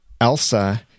Elsa